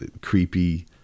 creepy